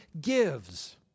gives